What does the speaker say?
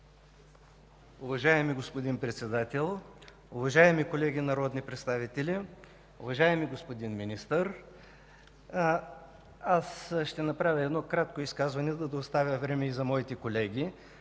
Уважаеми господин Председател, уважаеми колеги народни представители, уважаеми господин Министър! Ще направя кратко изказване, за да оставя време и за моите колеги.